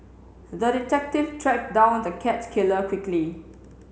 the detective tracked down the cat killer quickly